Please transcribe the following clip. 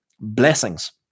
blessings